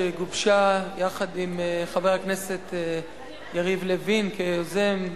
שגובשה יחד עם חבר הכנסת יריב לוין כיוזם,